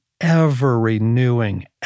ever-renewing